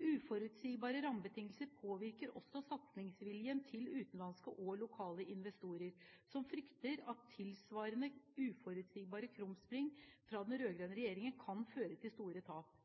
Uforutsigbare rammebetingelser påvirker også satsingsviljen til utenlandske og lokale investorer som frykter at tilsvarende uforutsigbare krumspring fra den rød-grønne regjeringen kan føre til store tap.